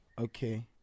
Okay